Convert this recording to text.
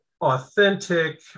authentic